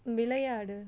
விளையாடு